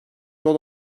rol